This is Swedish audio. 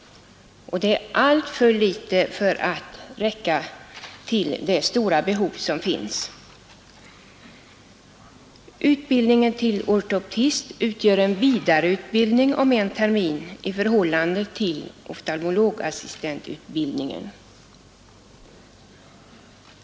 Det är alltför litet för att täcka det stora behov som finns. Utbildningen till ortoptist utgör en vidareutbildning om en termin i förhållande till oftalmologassistentutbildningen.